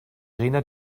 rena